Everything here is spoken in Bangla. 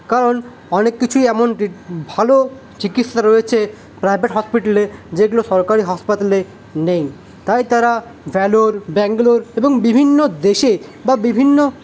কারণ অনেককিছুই এমন ভালো চিকিৎসা রয়েছে প্রাইভেট হসপিটালে যেগুলো সরকারি হাসপাতালে নেই তাই তারা ভেলোর ব্যাঙ্গালোর এবং বিভিন্ন দেশে বা বিভিন্ন